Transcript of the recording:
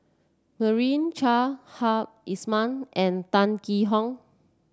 Meira Chand Hamed Ismail and Tan Yee Hong